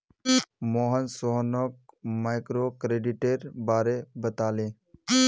मोहन सोहानोक माइक्रोक्रेडिटेर बारे बताले